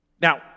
now